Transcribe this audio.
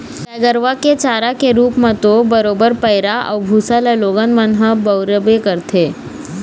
गाय गरुवा के चारा के रुप म तो बरोबर पैरा अउ भुसा ल लोगन मन ह बउरबे करथे